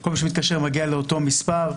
כל מי שמתקשר מגיע לאותו מספר.